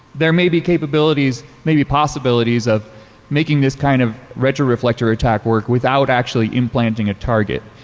there may be capabilities, maybe possibilities of making this kind of retroreflector attack work without actually implanting a target.